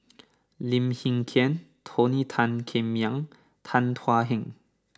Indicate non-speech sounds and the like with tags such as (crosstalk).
(noise) Lim Hng Kiang Tony Tan Keng Yam Tan Thuan Heng